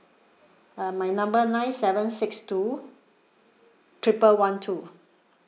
uh my number nine seven six two triple one two